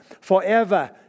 Forever